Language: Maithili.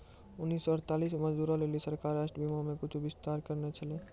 उन्नीस सौ अड़तालीस मे मजदूरो लेली सरकारें राष्ट्रीय बीमा मे कुछु विस्तार करने छलै